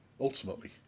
ultimately